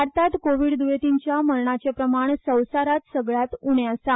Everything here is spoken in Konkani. भारतांत कोव्हीड द्रयेंतींच्या मरणाचें प्रमाण संवसारांत सगल्यांत उणें आसा